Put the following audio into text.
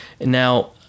Now